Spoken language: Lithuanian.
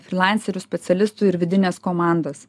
frilanserių specialistų ir vidinės komandos